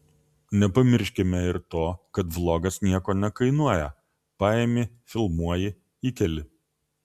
nepamirškime ir to kad vlogas nieko nekainuoja paimi filmuoji įkeli